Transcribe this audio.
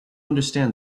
understand